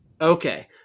Okay